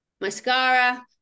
mascara